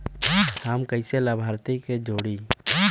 हम कइसे लाभार्थी के जोड़ी?